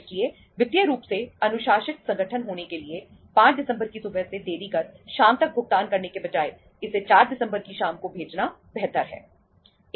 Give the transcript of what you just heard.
इसलिए वित्तीय रूप से अनुशासित संगठन होने के लिए 5 दिसंबर की सुबह से देरी कर शाम तक भुगतान करने के बजाय इसे 4 दिसंबर की शाम को भेजना बेहतर है